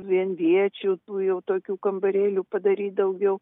vienviečių tų jau tokių kambarėlių padaryt daugiau